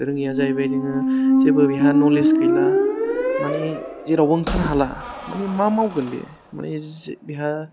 रोङैया जाहैबाय नोङो जेबो बेहा न'लेज गैला मानि जेरावबो ओंखारनो हाला मानि मा मावगोन बे मानि जे बेहा